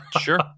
Sure